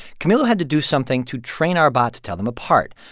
camilo had to do something to train our bot to tell them apart.